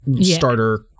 starter